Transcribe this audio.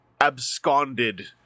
absconded